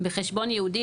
בחשבון ייעודי,